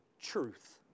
truth